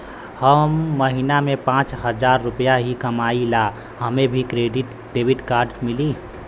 हम महीना में पाँच हजार रुपया ही कमाई ला हमे भी डेबिट कार्ड मिली?